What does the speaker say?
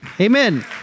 Amen